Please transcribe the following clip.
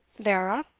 they are up,